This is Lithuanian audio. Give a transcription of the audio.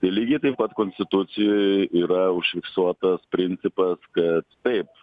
tai lygiai taip pat konstitucijoj yra užfiksuotas principas kad taip